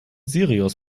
sirius